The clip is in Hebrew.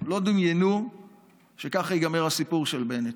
לא דמיינו שכך ייגמר הסיפור של בנט.